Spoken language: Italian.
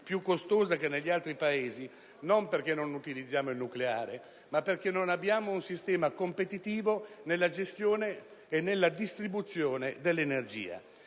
maggiori che in altri Paesi non perché non utilizziamo il nucleare, ma perché non abbiamo un sistema competitivo nella gestione e nella distribuzione dell'energia.